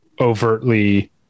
overtly